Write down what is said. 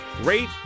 rate